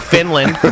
Finland